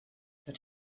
that